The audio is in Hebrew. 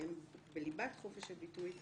שהם בליבת חופש הביטוי,